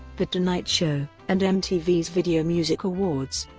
the tonight show, and mtv's video music awards.